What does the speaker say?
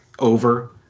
Over